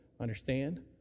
understand